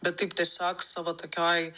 bet taip tiesiog savo tokioj